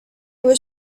was